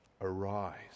arise